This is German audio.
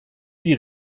die